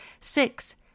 Six